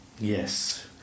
yes